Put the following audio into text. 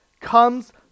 comes